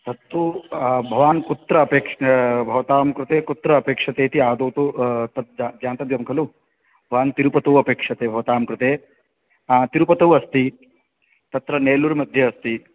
तत्तु भवान् कुत्र अपेक्ष भवतां कृते कुत्र अपेक्षते इति आदौ तु तत् ज्ञातव्यं खलु भवान् तिरुपतौ अपेक्षिते भवतां कृते तिरुपतौ अस्ति तत्र नेल्लूर् मध्ये अस्ति